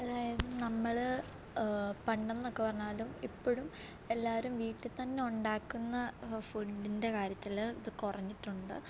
അതായത് നമ്മൾ പണ്ടെന്നൊക്കെ പറഞ്ഞാലും ഇപ്പോഴും എല്ലാവരും വീട്ടിൽ തന്നെ ഉണ്ടാക്കുന്ന ഫുഡിൻ്റെ കാര്യത്തിൽ അത് കുറഞ്ഞിട്ടുണ്ട്